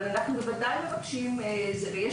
אבל --- סוניה,